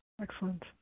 Excellent